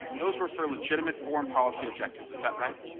those were for legitimate foreign policy objectives, is that right?